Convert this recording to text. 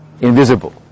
invisible